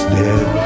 dead